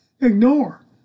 ignore